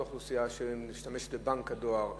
אותה אוכלוסייה שמשתמשת בבנק הדואר,